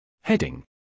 heading